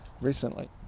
recently